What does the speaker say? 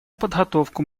подготовку